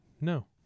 No